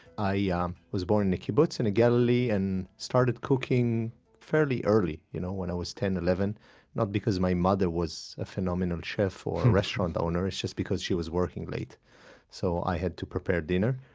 i yeah um was born in a kibbutz in galilee and started cooking fairly early you know when i was ten or eleven not because my mother was a phenomenal chef or a restaurant owner it's just because she was working late so i had to prepare dinner.